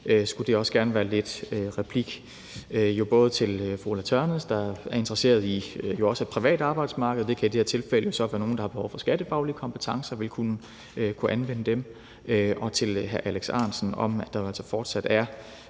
skulle det også gerne være en replik til både fru Ulla Tørnæs, der er interesseret i det private arbejdsmarked – det kan så i det her tilfælde være, at nogle, der har behov for skattefaglige kompetencer, vil kunne anvende det – og hr. Alex Ahrendtsen om, at der jo altså fortsat er